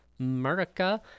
America